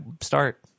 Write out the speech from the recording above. start